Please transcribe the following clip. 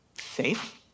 safe